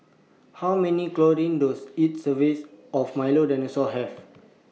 How Many Does IT serves of Milo Dinosaur Have